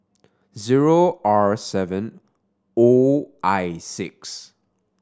zero R seven O I six